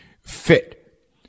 fit